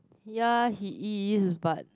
ya he is but